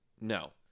No